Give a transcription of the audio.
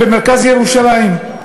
במרכז ירושלים,